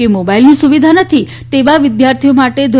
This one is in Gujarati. કે મોબાઇલની સુવિધા નથી તેવા વિદ્યાર્થીઓ માટે ધો